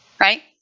right